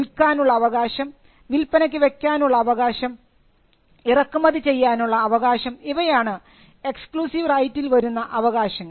വിൽക്കാനുള്ള അവകാശം വിൽപ്പനയ്ക്ക് വയ്ക്കാനുള്ള അവകാശം ഇറക്കുമതി ചെയ്യാനുള്ള അവകാശം ഇവയാണ് എക്സ്ക്ലൂസിവ് റൈറ്റ്സിൽ വരുന്ന അവകാശങ്ങൾ